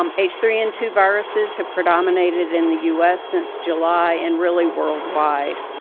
um h three n two viruses have predominated in the us since july and really worldwide.